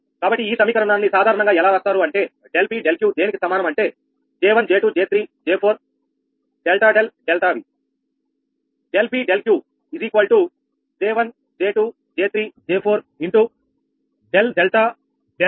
కాబట్టి ఈ సమీకరణాన్ని సాధారణంగా ఎలా రాస్తారు అంటే ∆𝑃 ∆𝑄 దేనికి సమానం అంటే J1J2 J3 J4 ∆𝛿 ∆V